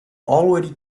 already